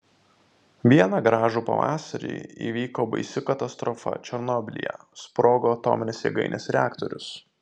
vieną gražų pavasarį įvyko baisi katastrofa černobylyje sprogo atominės jėgainės reaktorius